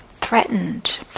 threatened